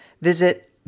Visit